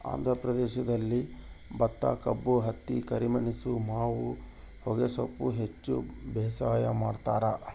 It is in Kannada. ಆಂಧ್ರ ಪ್ರದೇಶದಲ್ಲಿ ಭತ್ತಕಬ್ಬು ಹತ್ತಿ ಕರಿಮೆಣಸು ಮಾವು ಹೊಗೆಸೊಪ್ಪು ಹೆಚ್ಚು ಬೇಸಾಯ ಮಾಡ್ತಾರ